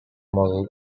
model